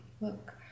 look